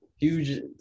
Huge